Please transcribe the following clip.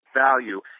value